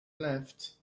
left